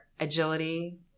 agility